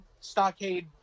stockade